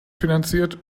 finanziert